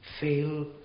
fail